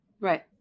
Right